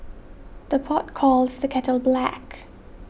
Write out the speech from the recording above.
the pot calls the kettle black